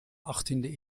achttiende